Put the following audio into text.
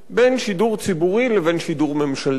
בין שידור ציבורי לבין שידור ממשלתי.